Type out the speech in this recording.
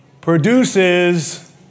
produces